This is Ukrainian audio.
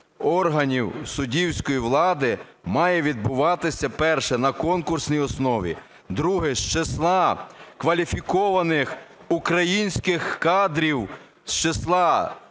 органів суддівської влади має відбуватися, перше, на конкурсній основі. Друге, з числа кваліфікованих українських кадрів, з числа